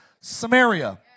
Samaria